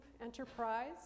enterprise